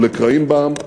או לקרעים בעם.